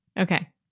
Okay